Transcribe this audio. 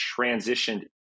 transitioned